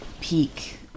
peak